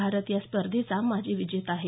भारत या स्पर्धेचा माजी विजेता आहे